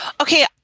Okay